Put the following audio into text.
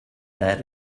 that